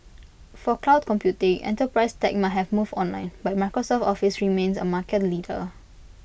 for cloud computing enterprise tech might have moved online but Microsoft's office remains A market leader